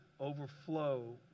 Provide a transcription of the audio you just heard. overflow